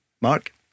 Mark